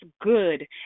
good